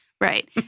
right